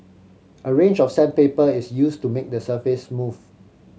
a range of sandpaper is used to make the surface smooth